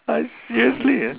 like seriously eh